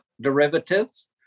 derivatives